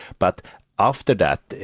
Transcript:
but after that,